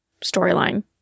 storyline